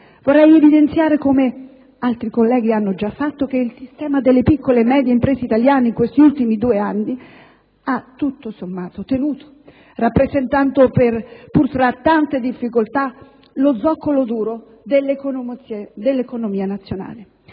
Vorrei ora evidenziare, come altri colleghi hanno già fatto, che il sistema delle piccole e medie imprese italiane in questi ultimi due anni ha tutto sommato tenuto, rappresentando, pur tra tante difficoltà, lo zoccolo duro dell'economia nazionale.